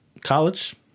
College